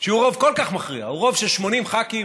שהוא רוב כל כך מכריע, הוא רוב של 80 ח"כים,